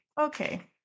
okay